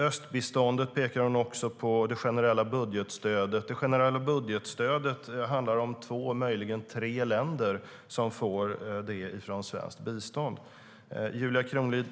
Östbiståndet och det generella budgetstödet pekar hon också på. Det är två, möjligen tre länder som får generellt budgetstöd från svenskt bistånd. Julia Kronlid!